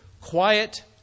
quiet